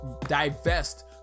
divest